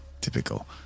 Typical